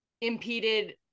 impeded